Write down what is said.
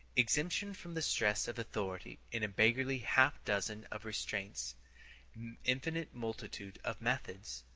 exemption from the stress of authority in a beggarly half dozen of restraint's infinite multitude of methods.